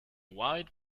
wide